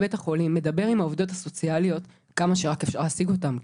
ומדבר עם העובדות הסוציאליות כמה שאפשר להשיג אותן,